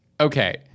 Okay